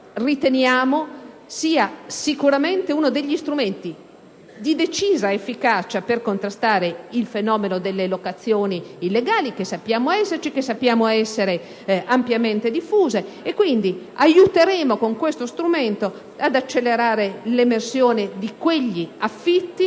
questo sia sicuramente uno degli strumenti di decisa efficacia per contrastare il fenomeno delle locazioni illegali, che sappiamo esserci e che sappiamo essere ampiamente diffuso. Con questo strumento aiuteremo quindi ad accelerare l'emersione di quegli affitti